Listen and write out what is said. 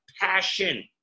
passion